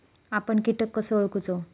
आपन कीटक कसो ओळखूचो?